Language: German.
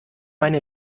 meine